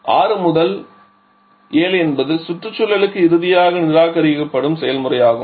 6 முதல் 7 என்பது சுற்றுச்சூழலுக்கு இறுதியாக நிராகரிக்கப்படும் செயல்முறையாகும்